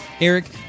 Eric